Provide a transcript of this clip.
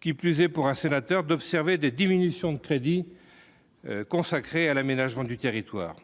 qui plus est, pour un sénateur d'observer des diminutions de crédits consacrés à l'aménagement du territoire,